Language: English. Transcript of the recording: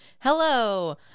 Hello